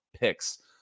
picks